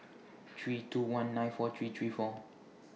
three two one nine four three three four